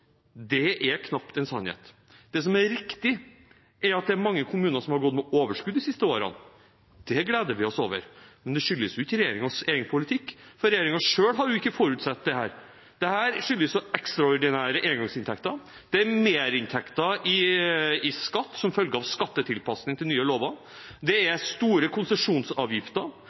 Det er knapt en sannhet. Det som er riktig, er at det er mange kommuner som har gått med overskudd de siste årene. Det gleder vi oss over, men det skyldes ikke regjeringens egen politikk, for regjeringen selv har jo ikke forutsett dette. Dette skyldes ekstraordinære engangsinntekter. Det er merinntekter i skatt som følge av skattetilpasning til nye lover, det er store konsesjonsavgifter,